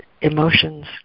emotions